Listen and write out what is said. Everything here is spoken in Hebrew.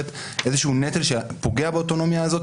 איזה שהוא נטל שפוגע באוטונומיה הזאת,